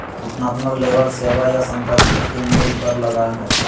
वर्णनात्मक लेबल सेवा या संपत्ति के मूल्य पर लगा हइ